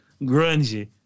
grungy